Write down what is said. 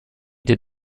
des